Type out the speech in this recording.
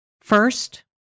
First